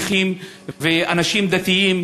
אנשים נכים ואנשים דתיים,